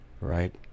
right